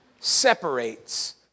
separates